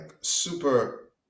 super